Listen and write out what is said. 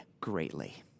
greatly